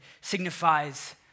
signifies